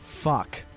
Fuck